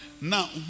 Now